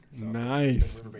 Nice